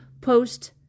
post